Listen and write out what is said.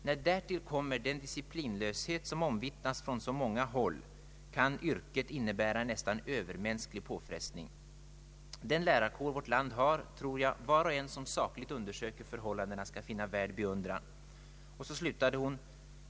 När därtill kommer den disciplinlöshet som omvittnas från så många håll ——— kan yrket innebära en nästan övermänsklig påfrestning. Jag tror att var och en som sakligt undersöker förhållandena skall finna att den lärarkår vårt land har är värd beundran.